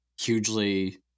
hugely